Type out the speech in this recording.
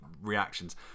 reactions